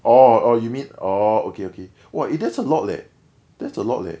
orh orh you mean orh okay okay !wah! eh that's a lot eh that's a lot leh